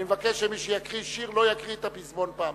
אני מבקש שמי שיקריא שיר לא יקריא את הפזמון פעמיים.